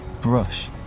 brush